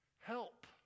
help